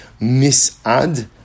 mis'ad